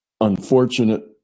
unfortunate